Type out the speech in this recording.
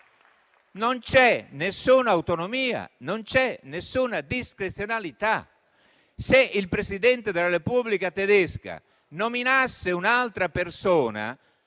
Non c'è alcuna autonomia, non c'è alcuna discrezionalità. Se il Presidente della Repubblica tedesca nominasse un'altra persona,